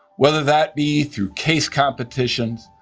whether that be through case competitions,